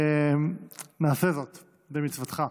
נעשה זאת במצוותך.